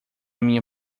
minha